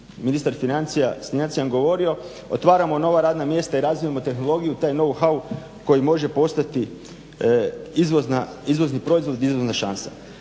ministar financija … govorio, otvaramo nova radna mjesta i razvijamo tehnologiju, taj no hau koji može postati izvozni proizvod, izvozna šansa.